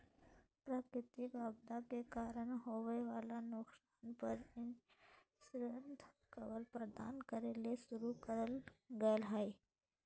प्राकृतिक आपदा के कारण होवई वला नुकसान पर इंश्योरेंस कवर प्रदान करे ले शुरू करल गेल हई